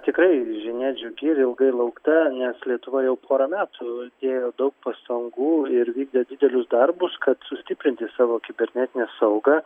tikrai žinia džiugi ir ilgai laukta nes lietuva jau porą metų dėjo daug pastangų ir vykdė didelius darbus kad sustiprinti savo kibernetinę saugą